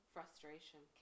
Frustration